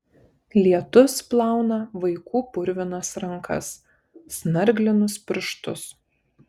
lietus plauna vaikų purvinas rankas snarglinus pirštus